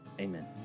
amen